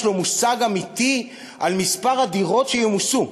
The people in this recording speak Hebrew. לו מושג אמיתי על מספר הדירות שימוסו.